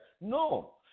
No